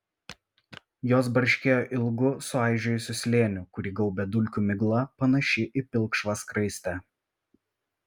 jos barškėjo ilgu suaižėjusiu slėniu kurį gaubė dulkių migla panaši į pilkšvą skraistę